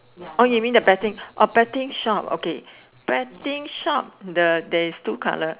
oh you mean the betting oh betting shop okay betting shop the there is two colour